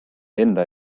enda